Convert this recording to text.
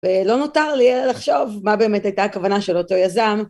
ולא נותר לי אלא לחשוב מה באמת הייתה הכוונה של אותו יזם.